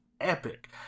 epic